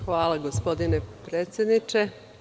Hvala, gospodine predsedniče.